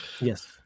Yes